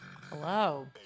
Hello